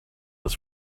his